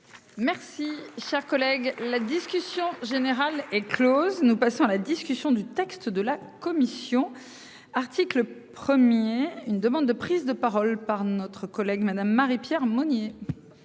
Merci cher collègue. La discussion générale est Close, nous passons à la discussion du texte de la commission article 1er une demande de prise de parole par notre collègue Madame Marie-. Pierre Monier.